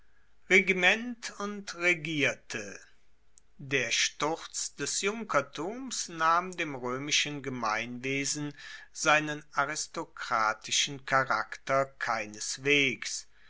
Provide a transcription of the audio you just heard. regiment und regierte der sturz des junkertums nahm dem roemischen gemeinwesen seinen aristokratischen charakter keineswegs